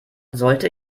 sollte